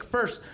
First